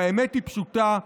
והאמת היא פשוטה.